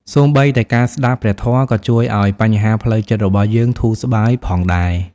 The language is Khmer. សូម្បីតែការស្តាប់ព្រះធម៌ក៏ជួយឲ្យបញ្ហាផ្លូវចិត្តរបស់យើងធូរស្បើយផងដែរ។